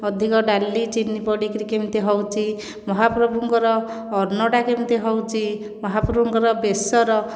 ଅଧିକ ଡାଲି ଚିନି ପଡ଼ିକରି କେମିତି ହେଉଛି ମହାପ୍ରଭୁଙ୍କର ଅନ୍ନଟା କେମିତି ହେଉଛି ମହାପ୍ରଭୁଙ୍କର ବେସର